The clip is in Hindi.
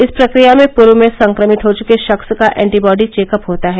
इस प्रक्रिया में पूर्व में संक्रमित हो चुके शख्स का एंटीबाडी चेकअप होता है